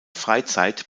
freizeit